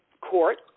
court